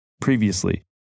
previously